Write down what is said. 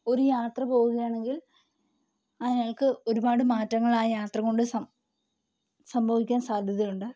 ഒരു യാത്ര പോവുകയാണെങ്കില് അയാൾക്ക് ഒരുപാട് മാറ്റങ്ങള് ആ യാത്ര കൊണ്ട് സംഭവിക്കാന് സാധ്യതയുണ്ട്